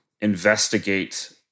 investigate